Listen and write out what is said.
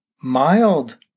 mild